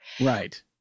Right